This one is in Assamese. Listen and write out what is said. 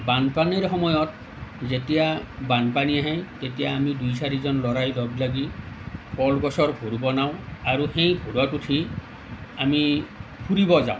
বানপানীৰ সময়ত যেতিয়া বানপানী আহে তেতিয়া আমি দুই চাৰিজন ল'ৰাই লগ লাগি কলগছৰ ভূৰ বনাওঁ আৰু সেই ভূৰত উঠি আমি ফুৰিব যাওঁ